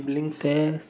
there's